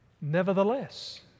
Nevertheless